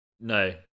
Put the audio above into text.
No